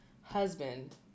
husband